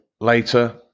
later